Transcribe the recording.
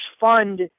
fund